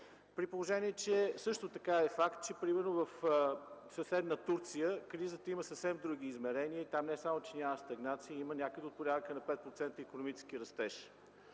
При положение че, също така е факт, че в съседна Турция кризата има съвсем други измерения. Там не само че няма стагнация, а има някъде от порядъка на 5% икономически растеж.